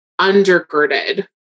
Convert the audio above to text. undergirded